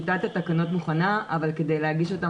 טיוטת התקנות מוכנה אבל כדי להגיש אותן